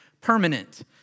permanent